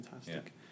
fantastic